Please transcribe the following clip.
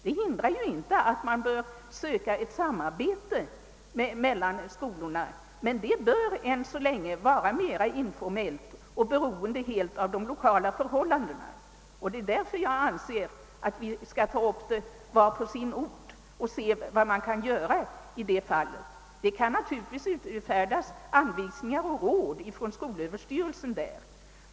Det hindrar inte att man bör söka få till stånd ett samarbete mellan skolorna, men detta bör än så länge vara mera informellt och helt beroende av de lokala förhållandena. Det är därför jag anser att vi skall ta upp problemet var och en på sin ort och se vad som kan göras. Skolöverstyrelsen kan naturligtvis utfärda råd och anvisningar.